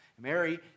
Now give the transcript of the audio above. Mary